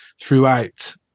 throughout